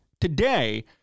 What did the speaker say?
today